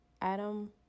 Adam